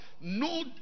no